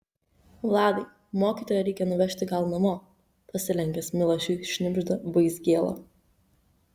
vladai mokytoją reikia nuvežti gal namo pasilenkęs milašiui šnibžda vaizgėla